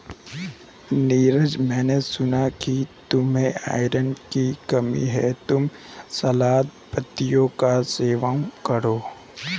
नीरज मैंने सुना कि तुम्हें आयरन की कमी है तुम सलाद पत्तियों का सेवन करो